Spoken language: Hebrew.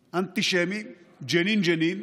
האנטישמי, "ג'נין, ג'נין"